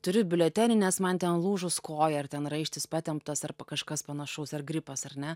turiu biuletenį nes man ten lūžus koja ar ten raištis patemptas ar kažkas panašaus ar gripas ar ne